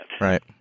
Right